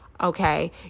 okay